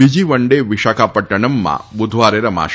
બીજી one day વિશાખાપદ્દનમમાં બુધવારે રમાશે